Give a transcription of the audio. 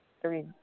three